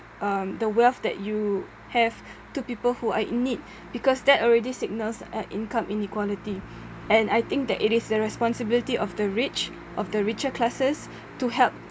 um the wealth that you have to people who are in need because that already signals an income inequality and I think that it is a responsibility of the rich of the richer classes to help